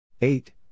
eight